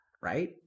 right